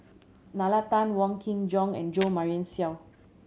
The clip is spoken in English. Nalla Tan Wong Kin Jong and Jo Marion Seow